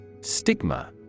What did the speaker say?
Stigma